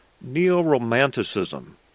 neo-romanticism